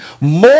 more